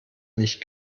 nicht